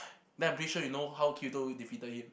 then I'm pretty sure you know how Kirito defeated him